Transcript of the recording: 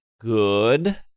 good